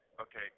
Okay